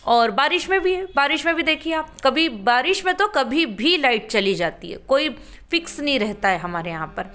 और बारिश में भी है बारिश में भी देखिए आप कभी बारिश में तो कभी भी लाइट चली जाती है कोई फिक्स नहीं रहता है हमारे यहाँ पर